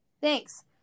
Thanks